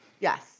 Yes